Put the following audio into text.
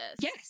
Yes